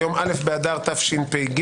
היום א' באדר התשפ"ג,